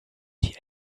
die